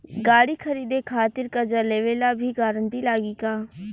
गाड़ी खरीदे खातिर कर्जा लेवे ला भी गारंटी लागी का?